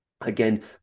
again